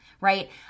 right